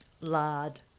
lard